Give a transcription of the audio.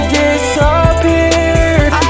disappeared